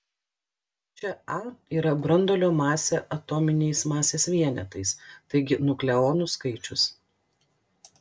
čia a yra branduolio masė atominiais masės vienetais taigi nukleonų skaičius